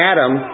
Adam